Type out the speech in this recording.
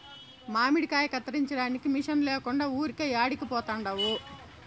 మామిడికాయ కత్తిరించడానికి మిషన్ లేకుండా ఊరికే యాడికి పోతండావు